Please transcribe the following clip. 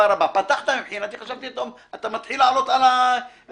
פתחת מבחינתי, חשבתי שאתה מתחיל לעלות על הנתיב.